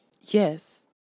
Yes